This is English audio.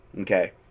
Okay